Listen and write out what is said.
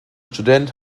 student